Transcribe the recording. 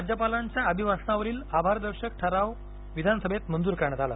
राज्यपालांच्या अभिभाषणावरील आभारदर्शक ठराव विधानसभेत मंजूर करण्यात आला